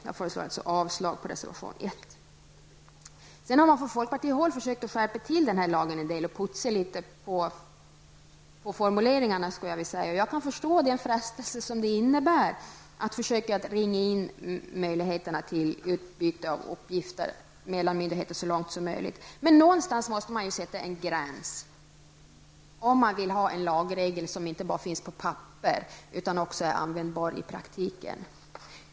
Jag föreslår avslag på reservation nr 1. Från folkpartihåll har man försökt skärpa till den här lagen litet och putsat på formuleringarna. Jag kan förstå den frestelse som det innebär att försöka ringa in möjligheterna till utbyte av uppgifter mellan myndigheter så långt som möjligt. Men någonstans måste man sätta en gräns om man vill ha en lagregel som inte bara finns på papper utan också är användbar i praktiken.